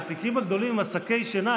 התיקים הגדולים עם שקי השינה,